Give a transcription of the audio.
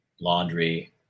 laundry